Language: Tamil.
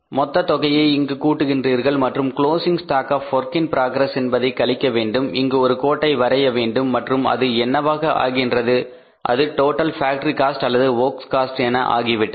மொத்த தொகையை இங்கு கூட்டுகின்றீர்கள் மற்றும் க்ளோஸிங் ஸ்டாக் ஆப் WIP என்பதை கழிக்க வேண்டும் இங்கு ஒரு கோட்டை வரைய வேண்டும் மற்றும் அது என்னவாக ஆகின்றது அது டோட்டல் ஃபேக்டரி காஸ்ட் அல்லது வொர்க்ஸ் காஸ்ட் என ஆகிவிட்டது